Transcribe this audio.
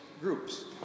Groups